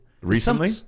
Recently